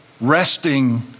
resting